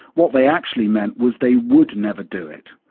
what they actually meant was they would never do it.